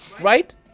Right